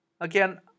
Again